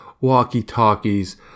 walkie-talkies